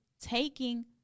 taking